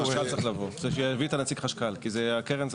הקרן זה